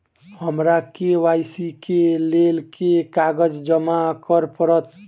हमरा के.वाई.सी केँ लेल केँ कागज जमा करऽ पड़त?